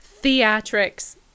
theatrics